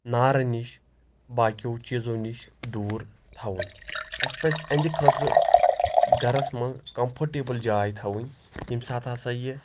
نارٕ نِش باقیو چیٖزو نِش دوٗر تھاوُن اَسہِ پزِ أہندِ خٲطرٕ گرس منٛز کمفٲٹیبٕل جاے تھاوٕنۍ ییٚمہِ ساتہٕ ہسا یہِ